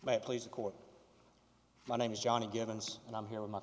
court my name is johnny givens and i'm here with my